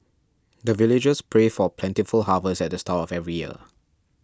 the villagers pray for plentiful harvest at the start of every year